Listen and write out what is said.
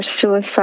suicide